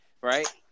right